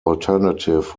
alternative